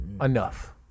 Enough